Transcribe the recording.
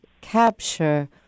capture